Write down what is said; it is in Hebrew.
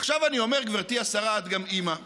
עכשיו אני אומר, גברתי השרה, את גם אימא לילדים.